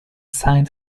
signed